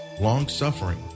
long-suffering